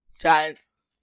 Giants